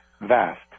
vast